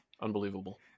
unbelievable